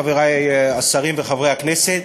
חברי השרים וחברי הכנסת,